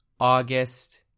August